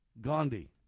Gandhi